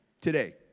today